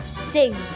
sings